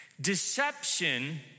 Deception